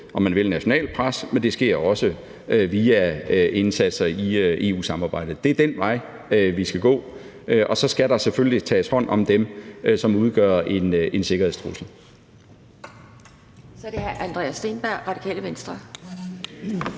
om man vil, med nationalt pres, men det sker også via indsatser i EU-samarbejdet. Det er den vej, vi skal gå, og så skal der selvfølgelig tages hånd om dem, som udgør en sikkerhedstrussel.